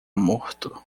morto